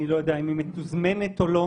אני לא יודעת אם היא מתוזמנת או לא,